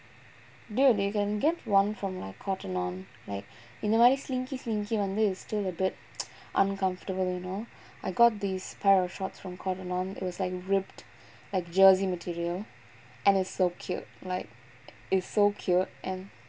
dude they can get one from like cotton on like இந்தமாரி:inthamaari slinky slinky it's still a bit uncomfortable you know I got this pair of shorts from cotton on it was like ripped jersey material and it's so cute like it's so cute and